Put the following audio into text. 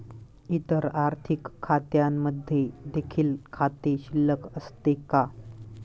इतर आर्थिक खात्यांमध्ये देखील खाते शिल्लक असते का?